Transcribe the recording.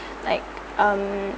like um